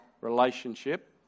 relationship